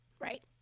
right